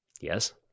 Yes